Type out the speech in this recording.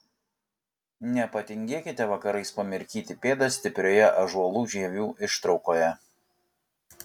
nepatingėkite vakarais pamirkyti pėdas stiprioje ąžuolų žievių ištraukoje